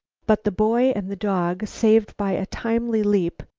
but the boy and the dog, saved by a timely leap,